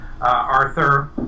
arthur